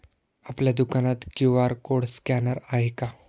आपल्या दुकानात QR code scanner आहे का?